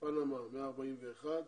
פנמה 141,